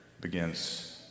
begins